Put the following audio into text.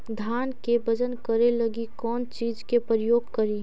धान के बजन करे लगी कौन चिज के प्रयोग करि?